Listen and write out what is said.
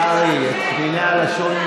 חבר הכנסת בן גביר, החוצה.